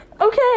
okay